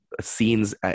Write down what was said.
scenes